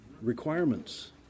requirements